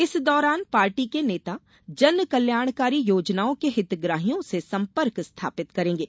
इस दौरान पार्टी के नेता जनकल्याणकारी योजनाओं के हितग्राहियों से संपर्क स्थापित करेंगे